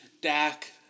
Dak